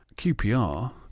QPR